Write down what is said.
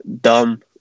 dumb